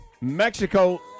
Mexico